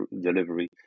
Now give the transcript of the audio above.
delivery